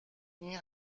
این